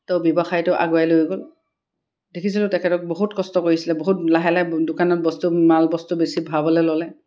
তো ব্যৱসায়টো আগুৱাই লৈ গ'ল দেখিছিলোঁ তেখেতক বহুত কষ্ট কৰিছিলে বহুত লাহে লাহে দোকানত বস্তু মাল বস্তু বেছি ভৰাবলৈ ল'লে